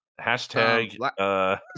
Hashtag